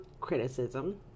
criticism